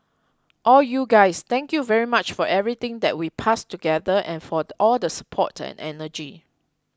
all you guys thank you very much for everything that we passed together and for the all the support and energy